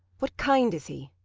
what kind is he?